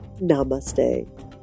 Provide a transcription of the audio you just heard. namaste